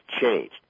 changed